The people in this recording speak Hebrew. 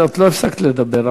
את לא הפסקת לדבר,